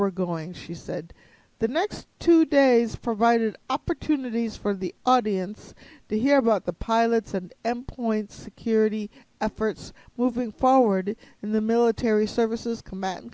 we're going she said the next two days provided opportunities for the audience to hear about the pilots and m point security efforts moving forward in the military services combat